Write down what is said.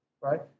right